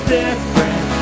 different